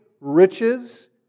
riches